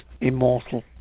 immortal